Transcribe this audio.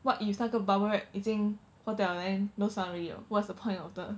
what if 那个 bubble wrap 已经破掉了 then no sound already lor what's the point of the